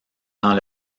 dans